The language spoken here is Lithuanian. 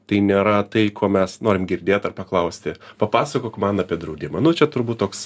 tai nėra tai ko mes norim girdėt ar paklausti papasakok man apie draudimą nu čia turbūt toks